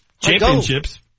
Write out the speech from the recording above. championships